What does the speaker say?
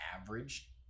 average